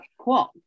cool